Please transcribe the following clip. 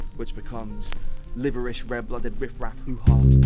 which becomes liverish red blooded riff raff hoo ha!